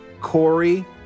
Corey